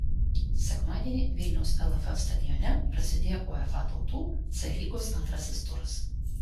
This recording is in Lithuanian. sekmadienį vilniaus lff stadione prasidėjo uefa tautų c lygos antrasis turas